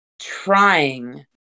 trying